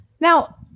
Now